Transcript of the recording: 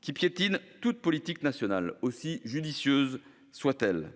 qui piétine toute politique nationale, aussi judicieuse soit-elle.